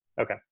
Okay